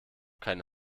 keine